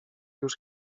już